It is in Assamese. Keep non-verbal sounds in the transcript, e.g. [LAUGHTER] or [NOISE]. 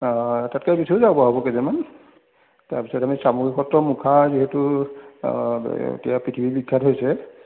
অঁ তাতকৈ বেছিয়ো যাব পৰা হ'ব কেইজনমান তাৰ পিছত আমি চামগুৰি সত্ৰৰ মুখা যিহেতু অঁ [UNINTELLIGIBLE] এতিয়া পৃথিৱীৰ বিখ্যাত হৈছে